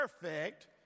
perfect